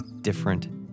different